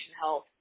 health